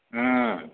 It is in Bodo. ओम